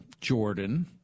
Jordan